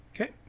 Okay